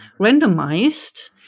randomized